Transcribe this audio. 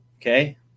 okay